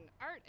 art